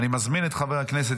אני מזמין את חבר הכנסת